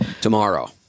tomorrow